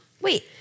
Wait